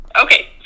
Okay